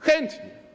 Chętnie.